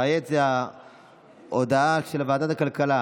כעת זו הודעה של ועדת הכלכלה,